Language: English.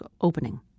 opening